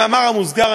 במאמר מוסגר,